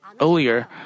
earlier